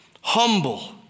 humble